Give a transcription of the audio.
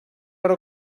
hora